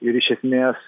ir iš esmės